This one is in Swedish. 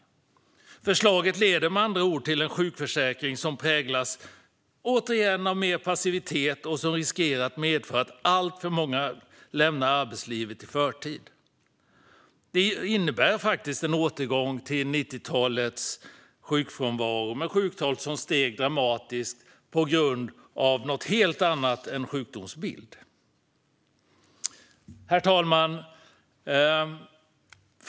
Förslaget leder med andra ord till en sjukförsäkring som återigen präglas av mer passivitet och som riskerar att medföra att alltför många lämnar arbetslivet i förtid. Det innebär faktiskt en återgång till 90-talets sjukfrånvaro med sjuktal som steg dramatiskt på grund av något helt annat än en sjukdomsbild. Herr talman!